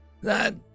That